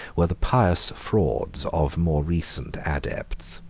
were the pious frauds of more recent adepts.